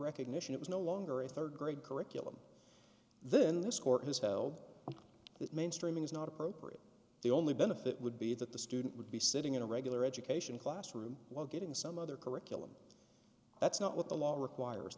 recognition it was no longer a rd grade curriculum then this court has held that mainstreaming is not appropriate the only benefit would be that the student would be sitting in a regular education classroom while getting some other curriculum that's not what the law requires